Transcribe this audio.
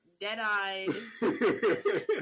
dead-eyed